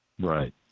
Right